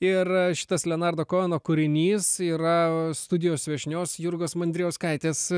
ir šitas lenardo kono kūrinys yra studijos viešnios jurgos mandrijauskaitės